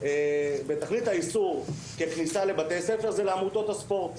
בתכלית האיסור ככניסה לבתי ספר זה לעמותות הספורט.